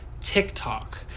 TikTok